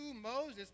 Moses